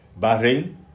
bahrain